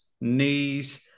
knees